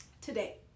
Today